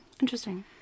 Interesting